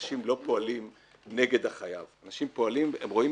אנשים לא פועלים נגד החייב, אנשים רואים